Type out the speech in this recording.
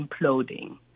imploding